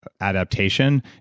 adaptation